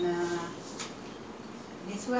bus stop அங்க:angga nandha வீட்டுல எதிர்க்க:veetula ethirkka